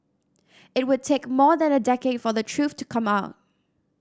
it would take more than a decade for the truth to come out